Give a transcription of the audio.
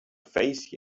face